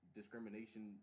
discrimination